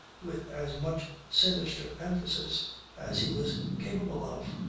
with as much sinister emphasis as he was capable of.